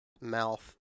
mouth